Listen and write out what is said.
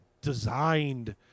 designed